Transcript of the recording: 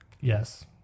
Yes